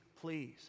please